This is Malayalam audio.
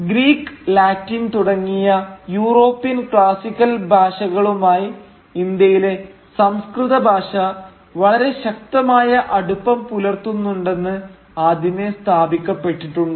ഗ്രീക്ക് ലാറ്റിൻ തുടങ്ങിയ യൂറോപ്യൻ ക്ലാസിക്കൽ ഭാഷകളുമായി ഇന്ത്യയിലെ സംസ്കൃതഭാഷ വളരെ ശക്തമായ അടുപ്പം പുലർത്തുന്നുണ്ടെന്ന് ആദ്യമേ സ്ഥാപിക്കപ്പെട്ടിട്ടുണ്ട്